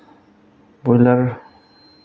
broiler